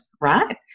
right